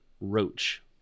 Roach